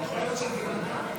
התשפ"ג 2023,